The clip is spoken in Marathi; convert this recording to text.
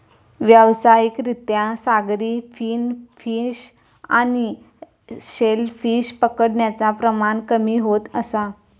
व्यावसायिक रित्या सागरी फिन फिश आणि शेल फिश पकडण्याचा प्रमाण कमी होत असा